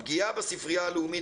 הפגיעה בספרייה הלאומית,